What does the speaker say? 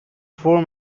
four